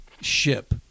ship